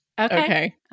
Okay